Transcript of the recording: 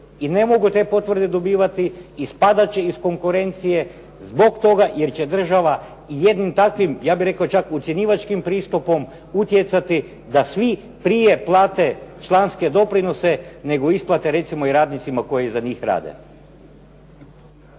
i ne mogu te potvrde dobivati, ispadat će iz konkurencije zbog toga jer će država jednim takvim ja bih rekao čak ucjenjivačkim pristupom utjecati da svi prije plate članske doprinose nego isplate recimo i radnicima koji za njih rade.